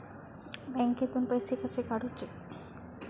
बँकेतून पैसे कसे काढूचे?